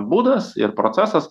būdas ir procesas